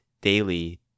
Daily